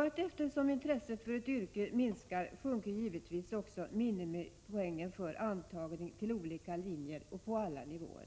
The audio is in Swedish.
Allteftersom intresset för ett yrke minskar, sjunker givetvis också minimipoängen för antagning till olika linjer, och det på alla nivåer.